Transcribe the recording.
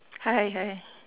hi hi